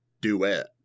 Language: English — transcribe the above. duet